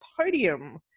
podium